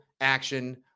action